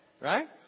Right